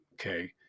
okay